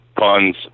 Puns